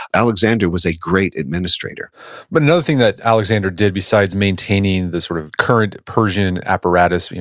alexander was a great administrator but another thing that alexander did besides maintaining the sort of current persian apparatus,